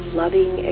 loving